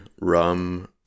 rum